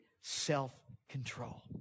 self-control